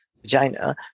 vagina